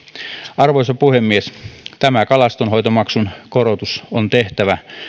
arvoisa puhemies tämä kalastonhoitomaksun korotus on tehtävä